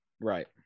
Right